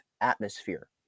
atmosphere